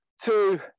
two